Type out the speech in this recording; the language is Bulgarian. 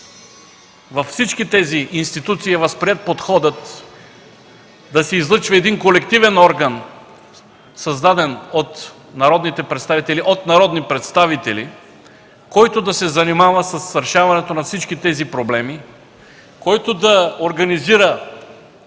Във всички тези институции е възприет подходът да се излъчва колективен орган, създаден от народни представители, който да се занимава с решаването на всичките проблеми, който да организира